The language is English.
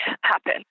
happen